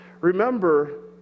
Remember